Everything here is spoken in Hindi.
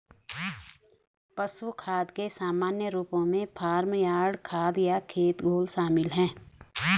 पशु खाद के सामान्य रूपों में फार्म यार्ड खाद या खेत घोल शामिल हैं